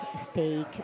steak